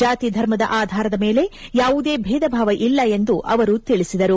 ಜಾತಿ ಧರ್ಮದ ಆಧಾರದ ಮೇಲೆ ಯಾವುದೇ ಭೇದಭಾವ ಇಲ್ಲ ಎಂದು ಅವರು ತಿಳಿಸಿದರು